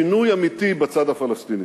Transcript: שיש שינוי אמיתי בצד הפלסטיני.